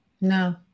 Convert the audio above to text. No